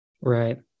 right